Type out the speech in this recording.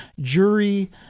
Jury